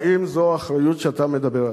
האם זו האחריות שאתה מדבר עליה?